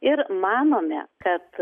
ir manome kad